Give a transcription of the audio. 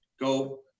go